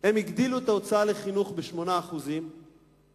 הם הגדילו את ההוצאה על חינוך ב-8% הגדילו,